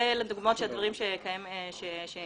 אלה הדוגמאות לדברים שיש בעולם.